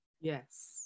Yes